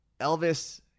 Elvis